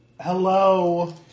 Hello